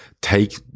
take